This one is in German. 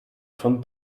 von